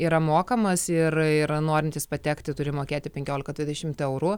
yra mokamas ir ir norintys patekti turi mokėti penkioliką dvidešimt eurų